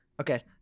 Okay